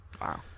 Wow